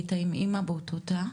היית עם אמא באותו תא?